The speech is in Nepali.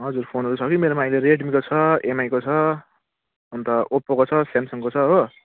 हजुर फोनहरू छ कि मेरोमा अहिले रेडमीको छ एमआईको छ अनि त ओप्पोको छ स्याम्सङको छ हो